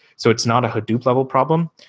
so it's not a hadoop level problem.